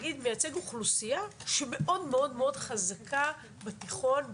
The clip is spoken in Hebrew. מייצג אוכלוסייה שמאוד מאוד מאוד חזקה בתיכון,